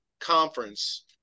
conference